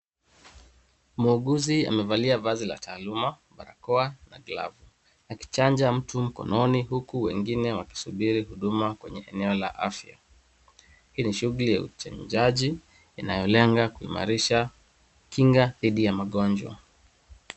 Muuguzi amevalia vazi la taaluma, barakoa na glavu akichanja mtu mkononi huku wengine wakisubiri huduma kwenye eneo la afya. Hii ni shughuli ya uchanjaji inayolenga kuimarisha kinga didhi ya magonjwa.